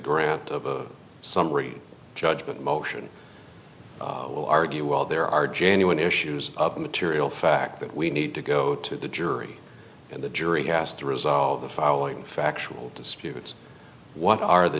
grant of summary judgment motion will argue well there are genuine issues of material fact that we need to go to the jury and the jury has to resolve the following factual disputes what are the